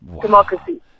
Democracy